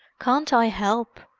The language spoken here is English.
can't i help?